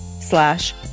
slash